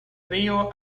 río